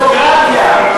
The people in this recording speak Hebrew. זו הדמוקרטיה,